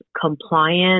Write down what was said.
compliant